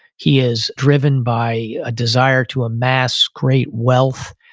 he is driven by a desire to amass great wealth.